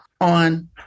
on